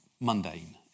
mundane